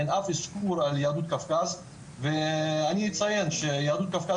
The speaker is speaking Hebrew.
אין אף אזכור על יהדות קווקז ואני אציין שיהדות קווקז